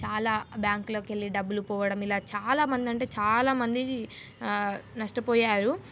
చాలా బ్యాంకులోకి వెళ్ళి డబ్బులు పోవడం ఇలా చాలామంది అంటే చాలామంది నష్టపోయారు